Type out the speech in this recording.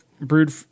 brewed